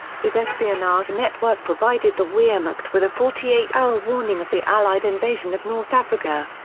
his espionage network provided the wehrmacht with a forty-eight hour warning of the allied invasion of north africa.